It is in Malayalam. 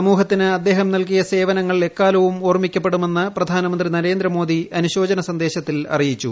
സമൂഹത്തിന് അദ്ദേഹം നല്കിയ സേവനങ്ങൾ എക്കാലവും ഓർമ്മിക്കപ്പെടുമെന്ന് പ്രധാനമന്ത്രി നരേന്ദ്രമോദി അനുശോചന സന്ദേശത്തിൽ അറിയിച്ചു